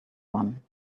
one